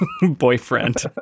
boyfriend